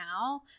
now